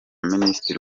minisitiri